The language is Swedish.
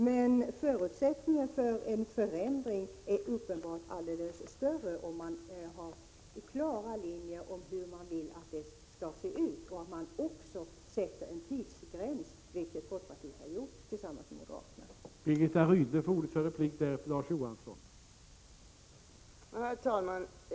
Men förutsättningarna för en förändring är uppenbart mycket större om man har klara linjer om hur man vill att det skall se ut och att man också sätter en tidsgräns för när detta skall ske, vilket folkpartiet tillsammans med moderaterna har gjort.